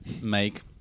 make